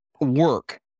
work